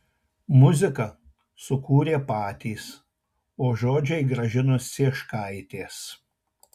muziką sukūrė patys o žodžiai gražinos cieškaitės